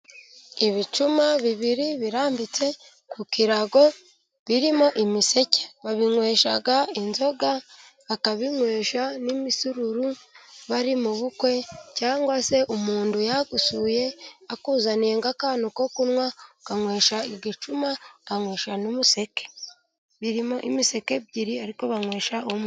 Ibicuma bibiri birambitse ku kirago birimo imiseke, babinywesha inzoga, bakabinywesha n'imisururu, bari mu bukwe cyangwa se umuntu yagusuye akuzaniye nk'akantu ko kunywa ukanywesha igicuma, ukanywesha n'umuseke, birimo imiseke ebyiri ariko banywesha umwe.